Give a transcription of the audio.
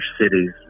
cities